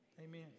amen